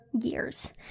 years